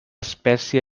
espècie